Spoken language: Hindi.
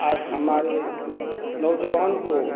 आज हमारे नौजवान को